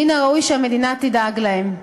מן הראוי שהמדינה תדאג להם.